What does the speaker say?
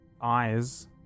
eyes